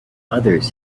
others